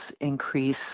increase